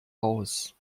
aus